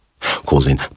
causing